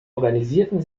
organisierten